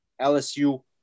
LSU